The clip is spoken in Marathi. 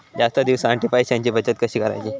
जास्त दिवसांसाठी पैशांची बचत कशी करायची?